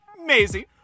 Maisie